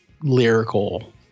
lyrical